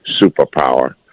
superpower